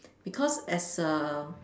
because as a